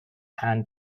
hand